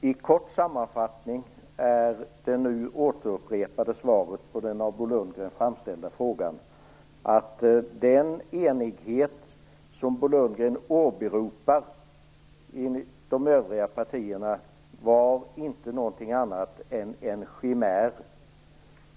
I kort sammanfattning är det upprepade svaret på den av Bo Lundgren framställda frågan att den enighet som Bo Lundgren åberopar i de övriga partierna inte var någonting annat än en chimär.